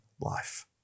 life